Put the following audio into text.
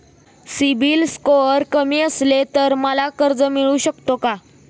CIBIL score कमी असेल तर मला कर्ज मिळू शकेल का?